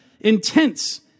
intense